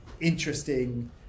interesting